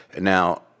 Now